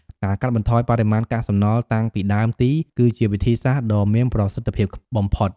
ការកាត់បន្ថយបរិមាណកាកសំណល់តាំងពីដើមទី គឺជាវិធីសាស្ត្រដ៏មានប្រសិទ្ធភាពបំផុត។